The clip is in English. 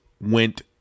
went